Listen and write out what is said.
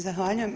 Zahvaljujem.